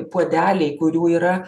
puodeliai kurių yra